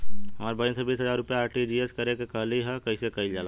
हमर बहिन बीस हजार रुपया आर.टी.जी.एस करे के कहली ह कईसे कईल जाला?